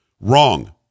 Wrong